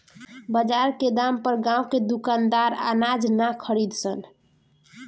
बजार के दाम पर गांव के दुकानदार अनाज ना खरीद सन